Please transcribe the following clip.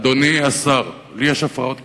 אדוני השר, לי יש הפרעות קשב,